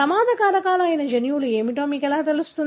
ప్రమాద కారకాలు అయిన జన్యువులు ఏమిటో మీకు ఎలా తెలుసు